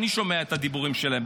אני שומע את הדיבורים שלהם,